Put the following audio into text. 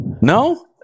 no